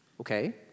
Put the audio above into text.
Okay